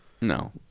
No